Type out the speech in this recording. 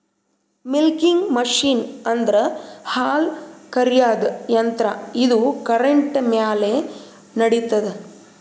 milking machine ಅಂದ್ರ ಹಾಲ್ ಕರ್ಯಾದ್ ಯಂತ್ರ ಇದು ಕರೆಂಟ್ ಮ್ಯಾಲ್ ನಡಿತದ್